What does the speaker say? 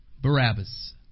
Barabbas